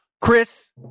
Chris